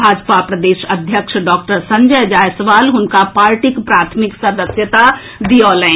भाजपा प्रदेश अध्यक्ष डॉक्टर संजय जायसवाल हुनका पार्टीक प्राथमिक सदस्यता दिऔलनि